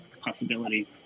possibility